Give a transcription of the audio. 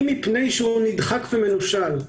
אם מפני שהוא נדחק ומנושל,